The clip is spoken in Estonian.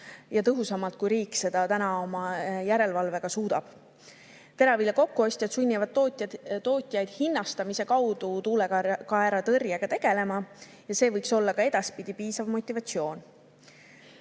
tõhusamalt, kui riik seda oma järelevalvega suudab. Teravilja kokkuostjad sunnivad tootjaid hinnastamise kaudu tuulekaeratõrjega tegelema ja see võiks olla ka edaspidi piisav motivatsioon.